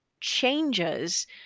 changes